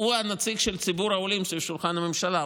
הוא הנציג של ציבור העולים בשולחן הממשלה.